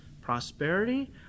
prosperity